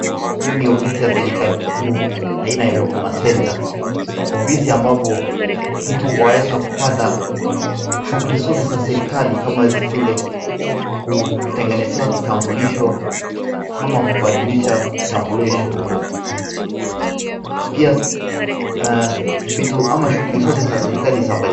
Hiyo ni ofisi ya serikali kuu aina ya huduma center ofisi ambapo mtu waweza kupata shughuli zote za serikali kama vile kutengenezewa kitambulisho ama kubadilisha kitambulisho. Pia vitu ama shuguli zote za serikali za.